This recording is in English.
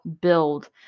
build